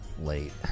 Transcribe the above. late